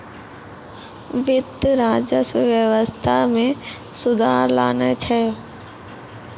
वित्त, राजस्व व्यवस्था मे सुधार लानै छै